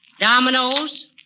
dominoes